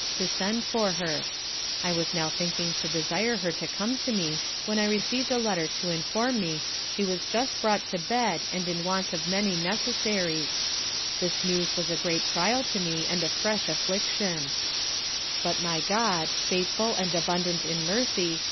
to send for her i was now thinking to desire her to come to me when i receiv'd a letter to inform me she was just brought to bed and in want of many necessaries this news was a great trial to me and a fresh affliction but my god, faithful and abundant in mercy,